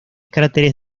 cráteres